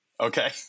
Okay